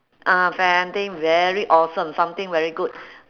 ah something very awesome something very good